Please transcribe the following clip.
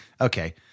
okay